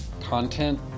content